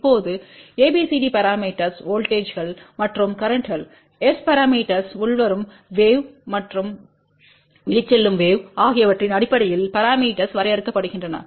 இப்போது ABCD parameters வோல்ட்டேஜ்ங்கள் மற்றும் கரேன்ட்ஸ் S பரமீட்டர்ஸ் உள்வரும் வேவ் மற்றும் வெளிச்செல்லும் வேவ் ஆகியவற்றின் அடிப்படையில் பரமீட்டர்ஸ் வரையறுக்கப்படுகின்றன